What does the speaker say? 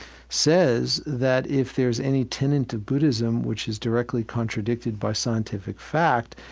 says that, if there's any tenet to buddhism which is directly contradicted by scientific fact,